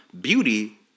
beauty